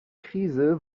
krise